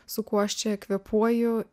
su kuo aš čia kvėpuoju